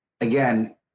again